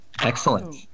Excellent